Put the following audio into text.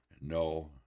no